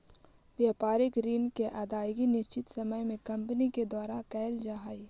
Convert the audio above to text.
व्यापारिक ऋण के अदायगी निश्चित समय में कंपनी के द्वारा कैल जा हई